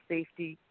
Safety